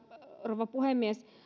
rouva puhemies